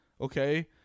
okay